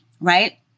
right